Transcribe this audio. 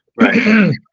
right